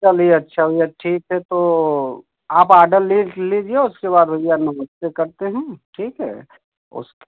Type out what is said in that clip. चलिए अच्छा हुआ ठीक है तो आप ऑडर लिख लीजिए उसके बाद भैया करते हैं ठीक है उसके